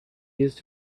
used